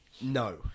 no